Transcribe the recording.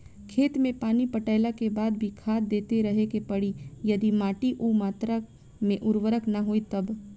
खेत मे पानी पटैला के बाद भी खाद देते रहे के पड़ी यदि माटी ओ मात्रा मे उर्वरक ना होई तब?